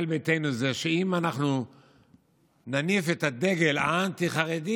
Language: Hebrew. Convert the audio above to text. ביתנו זה שאם אנחנו נניף את הדגל האנטי-חרדי,